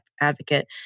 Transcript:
advocate